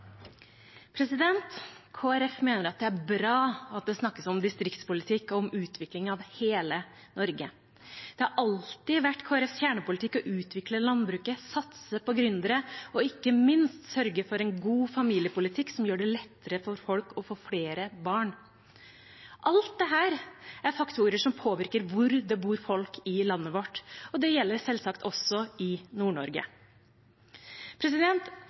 bra at det snakkes om distriktspolitikk og om utvikling av hele Norge. Det har alltid vært Kristelig Folkepartis kjernepolitikk å utvikle landbruket, satse på gründere og ikke minst sørge for en god familiepolitikk som gjør det lettere for folk å få flere barn. Alt dette er faktorer som påvirker hvor det bor folk i landet vårt, og det gjelder selvsagt også i